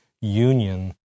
union